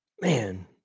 Man